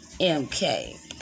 MK